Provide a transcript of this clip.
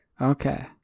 Okay